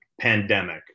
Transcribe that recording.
pandemic